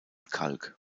kalk